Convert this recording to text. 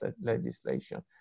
legislation